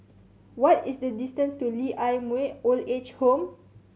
what is the distance to Lee Ah Mooi Old Age Home